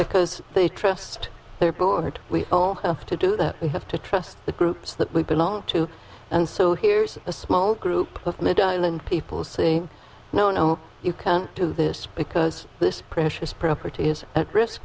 because they trust their board we have to do that we have to trust the groups that we belong to and so here's a small group of people saying no no you can't do this because this precious property is at risk